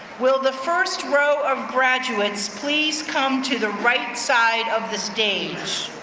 will the first row of graduates, please come to the right side of the stage.